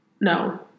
No